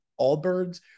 Allbirds